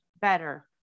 better